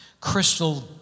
crystal